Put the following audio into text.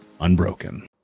unbroken